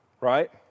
Right